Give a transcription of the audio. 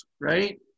Right